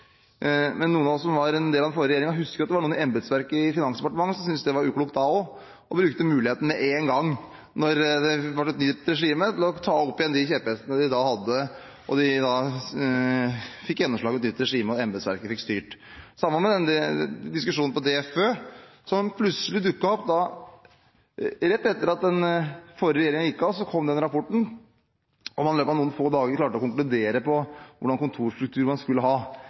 Men noen av oss som var en del av den forrige regjeringen, husker at det var noen i embetsverket i Finansdepartementet som syntes det var uklokt da også, og de har brukt muligheten, med en gang det ble et nytt regime, til å ta fram igjen de kjepphestene de hadde. De har fått gjennomslag med det nye regimet, og embetsverket har fått styre. Det samme gjelder diskusjonen om DFØ, som plutselig dukket opp rett etter at den forrige regjeringen gikk av. Da kom den rapporten, og i løpet av noen få dager klarte man å konkludere på hva slags kontorstruktur man skulle ha.